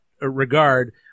regard